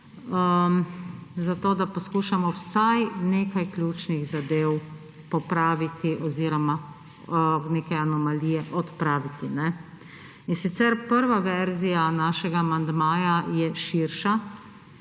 zato da poskušamo vsaj nekaj ključnih zadev popraviti oziroma neke anomalije odpraviti. Prva verzija našega amandmaja je širša